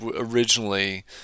Originally